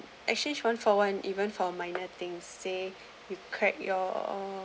exchange one for one even for minor thing say you cracked your